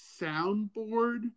soundboard